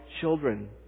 children